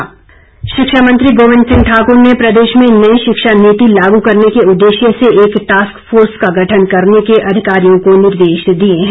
गोविंद ठाकुर शिक्षा मंत्री गोविन्द सिंह ठाकुर ने प्रदेश में नई शिक्षा नीति लागू करने के उद्देश्य से एक टास्क फोर्स का गठन करने के अधिकारियों को निर्देश दिए हैं